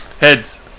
Heads